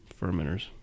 fermenters